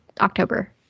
October